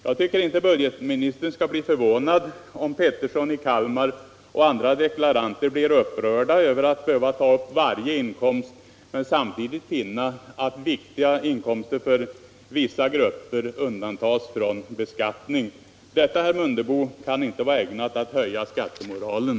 Jag tycker inte budgetministern skall bli förvånad om Pettersson i Kalmar och andra deklaranter blir upprörda över att de måste ta upp varje inkomst samtidigt som viktiga förmåner för vissa grupper undantas från beskattning. Detta, herr Mundebo, kan inte vara ägnat att höja skattemoralen!